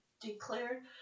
declared